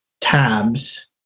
tabs